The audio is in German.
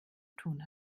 tun